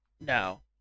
No